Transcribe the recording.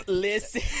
Listen